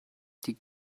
die